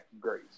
grace